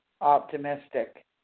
optimistic